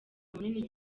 munini